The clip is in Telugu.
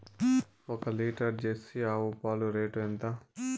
ఒక లీటర్ జెర్సీ ఆవు పాలు రేటు ఎంత?